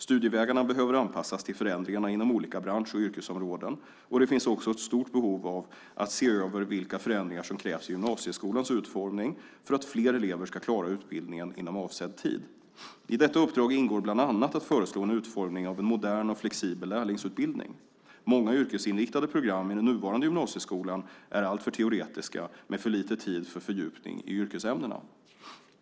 Studievägarna behöver anpassas till förändringarna inom olika bransch och yrkesområden, och det finns också ett stort behov av att se över vilka förändringar som krävs i gymnasieskolans utformning för att fler elever ska klara utbildningen inom avsedd tid. I detta uppdrag ingår bland annat att föreslå en utformning av en modern och flexibel lärlingsutbildning. Många yrkesinriktade program i den nuvarande gymnasieskolan är alltför teoretiska med för lite tid för fördjupning i yrkesämnena.